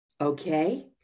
okay